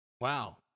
Wow